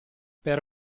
per